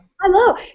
Hello